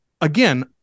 again